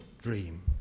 dream